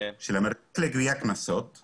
אני חושבת שבנדה צריך לענות על השאלות האלה,